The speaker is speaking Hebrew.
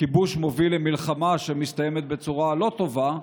כיבוש מוביל למלחמה שמסתיימת בצורה לא טובה,